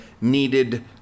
needed